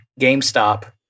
GameStop